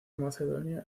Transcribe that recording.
macedonia